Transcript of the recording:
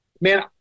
man